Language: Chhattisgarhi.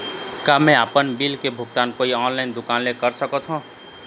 का मैं आपमन बिल के भुगतान कोई ऑनलाइन दुकान कर सकथों?